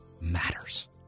matters